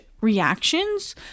reactions